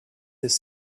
this